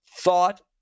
thought